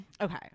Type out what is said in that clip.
Okay